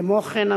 כמו כן,